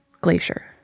Glacier